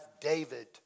David